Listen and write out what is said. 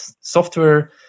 software